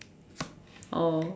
or